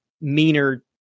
meaner